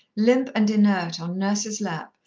limp and inert on nurse's lap,